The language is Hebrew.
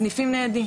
תשקלו סניפים ניידים.